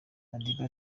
madiba